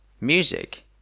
Music